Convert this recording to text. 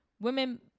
women